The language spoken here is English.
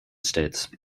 states